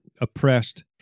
oppressed